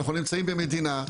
אנחנו נמצאים במדינה,